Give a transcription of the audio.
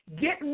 get